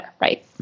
right